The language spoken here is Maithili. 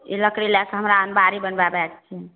ई लकड़ी लैके हमरा अलमारी बनबेबाके छै